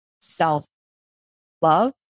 self-love